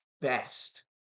best